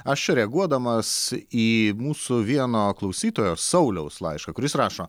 aš reaguodamas į mūsų vieno klausytojo sauliaus laišką kuris rašo